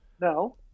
no